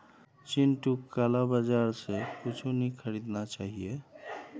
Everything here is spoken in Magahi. चिंटूक काला बाजार स कुछू नी खरीदना चाहिए